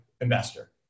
investor